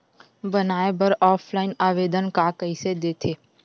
बनाये बर ऑफलाइन आवेदन का कइसे दे थे?